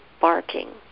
barking